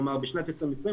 כלומר בשנת 2020,